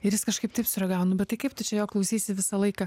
ir jis kažkaip taip sureagavo nu bet tai kaip tu čia jo klausysi visą laiką